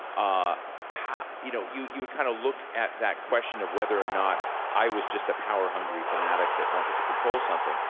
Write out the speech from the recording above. ah you know you you would kind of look at that question of whether or not i was just a power hungry fanatic that wanted to control something,